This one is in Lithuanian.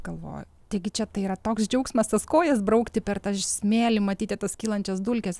galvoju taigi čia tai yra toks džiaugsmas tas kojas braukti per tą smėlį matyti tas kylančias dulkes